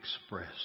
express